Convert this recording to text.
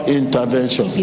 intervention